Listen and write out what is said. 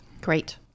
great